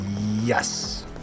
Yes